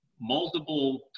multiple